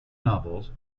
novels